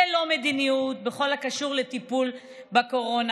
ללא מדיניות בכל הקשור לטיפול בקורונה,